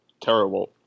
terrible